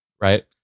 right